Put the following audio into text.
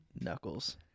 Knuckles